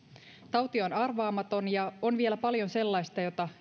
tauti on arvaamaton ja on vielä paljon sellaista jota